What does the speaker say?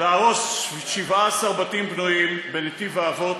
להרוס 17 בתים בנויים בנתיב האבות,